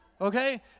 Okay